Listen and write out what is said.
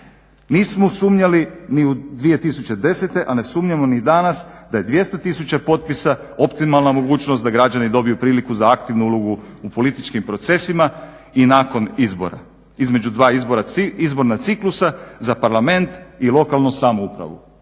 Nismo sumnjali ni 2010., a ne sumnjamo ni danas da je 200 tisuća potpisa optimalna mogućnost da građani dobiju priliku za aktivnu ulogu u političkim procesima i nakon izbora između dva izborna ciklusa za Parlament i lokalnu samoupravu.